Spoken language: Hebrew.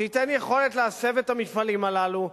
שייתן יכולת להסב את המפעלים הללו,